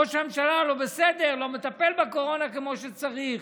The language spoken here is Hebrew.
ראש הממשלה לא בסדר, לא מטפל בקורונה כמו שצריך,